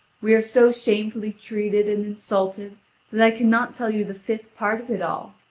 we are so shamefully treated and insulted that i cannot tell you the fifth part of it all.